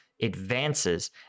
advances